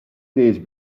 days